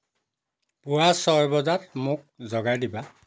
পুৱা ছয় বজাত মোক জগাই দিবা